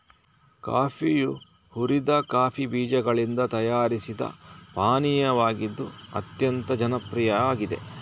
ಕಾಫಿಯು ಹುರಿದ ಕಾಫಿ ಬೀಜಗಳಿಂದ ತಯಾರಿಸಿದ ಪಾನೀಯವಾಗಿದ್ದು ಅತ್ಯಂತ ಜನಪ್ರಿಯ ಆಗಿದೆ